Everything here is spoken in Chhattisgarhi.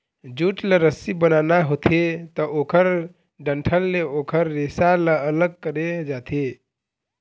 जूट ल रस्सी बनाना होथे त ओखर डंठल ले ओखर रेसा ल अलग करे जाथे